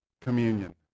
communion